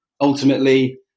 ultimately